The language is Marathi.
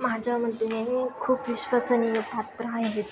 माझ्यामते मी खूप विश्वसनीय पात्र आहेत